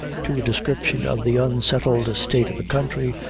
to a description of the unsettled state of the country,